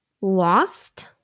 lost